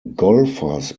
golfers